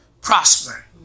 Prosper